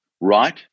right